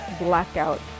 Blackout